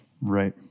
Right